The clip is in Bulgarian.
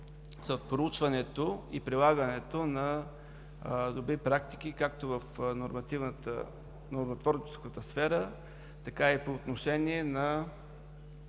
проучването и прилагането на добри практики както в нормотворческата сфера, така и по отношение на